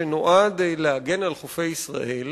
שנועד להגן על חופי ישראל.